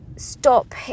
Stop